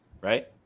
right